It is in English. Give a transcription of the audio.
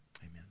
Amen